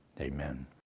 Amen